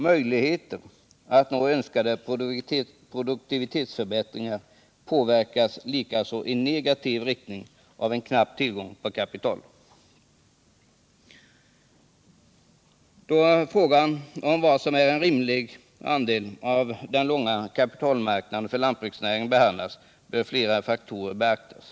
Möjligheter att nå önskade produktivitetsförbättringar påverkas likaså i negativ riktning av en knapp tillgång på kapital. Då frågan om vad som är en rimlig andel av den långa kapitalmarknaden för lantbruksnäringen behandlas bör flera faktorer beaktas.